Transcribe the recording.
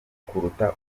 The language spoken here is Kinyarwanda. kuruta